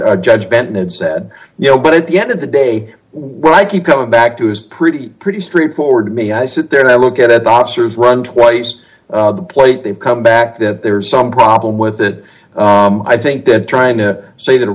the judge bennett said you know but at the end of the day what i keep coming back to is pretty pretty straightforward to me i sit there and i look at the officers run twice the plate they've come back that there's some problem with that i think they're trying to say th